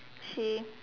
she